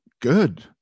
good